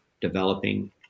developing